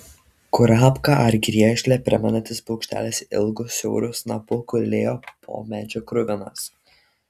kurapką ar griežlę primenantis paukštelis ilgu siauru snapu gulėjo po medžiu kruvinas